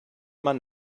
man